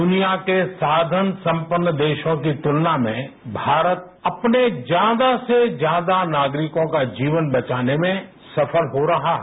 दुनिया के साधन संपन्न देशों की तुलना में भारत अपने ज्यादा से ज्यादा नागरिकों का जीवन बचाने में सफल हो रहा है